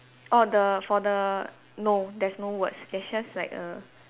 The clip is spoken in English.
orh the for the no there's no words it's just like a